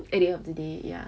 at the end of the day ya